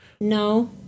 No